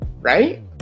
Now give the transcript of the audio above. Right